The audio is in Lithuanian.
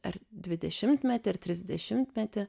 ar dvidešimtmetį trisdešimtmetį